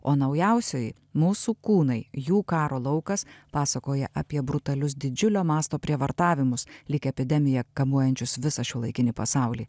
o naujausioj mūsų kūnai jų karo laukas pasakoja apie brutalius didžiulio masto prievartavimus lyg epidemija kamuojančius visą šiuolaikinį pasaulį